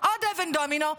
עוד אבן דומינו,